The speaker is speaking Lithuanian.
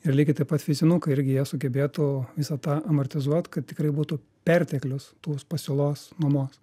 ir lygiai taip pat fizinukai irgi jie sugebėtų visą tą amortizuot kad tikrai būtų perteklius tos pasiūlos nuomos